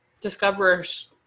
discoverers